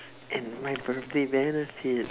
and my birthday benefit